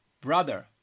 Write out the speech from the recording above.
brother